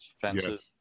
fences